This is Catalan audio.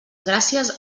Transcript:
gràcies